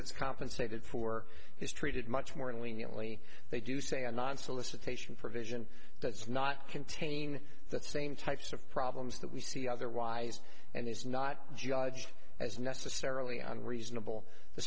that's compensated for is treated much more leniently they do say a non solicitation provision does not contain the same types of problems that we see otherwise and it's not judged as necessarily unreasonable the